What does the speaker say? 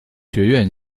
学院